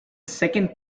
second